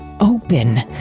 open